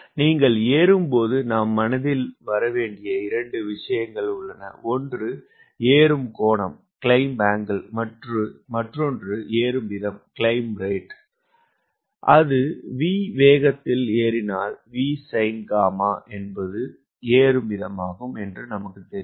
நீங்கள் ஏறும் போது நம் மனதில் வர வேண்டிய 2 விஷயங்கள் உள்ளன ஒன்று ஏறும் கோணம் மற்றும் மற்றொன்று ஏறும் வீதம் அது V வேகத்தில் ஏறினால் Vsinγ என்பது ஏறும் வீதமாகும் என்று நமக்குத் தெரியும்